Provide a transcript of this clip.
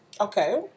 Okay